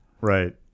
Right